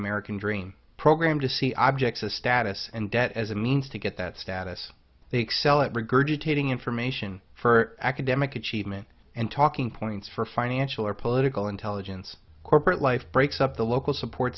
american dream program to see objects of status and debt as a means to get that status they excel at regurgitating information for academic achievement and talking points for financial or political intelligence corporate life breaks up the local support